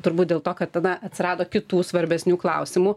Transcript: turbūt dėl to kad tada atsirado kitų svarbesnių klausimų